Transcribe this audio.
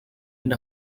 end